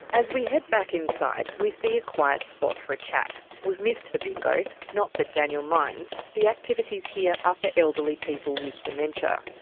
as we head back inside, we see a quiet spot for a chat. we've missed the bingo. not that daniel minds. the activities here are ah for elderly people with dementia.